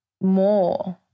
more